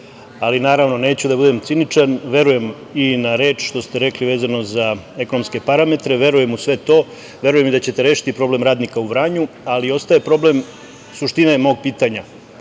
naravno neću da budem ciničan, verujem i na reč što ste rekli vezano za ekonomske parametre, verujem u sve to, verujem i da ćete rešiti problem radnika u Vranju, ali ostaje problem suštine mog pitanja.